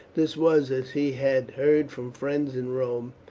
this was, as he had heard from friends in rome,